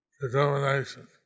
determination